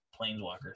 planeswalkers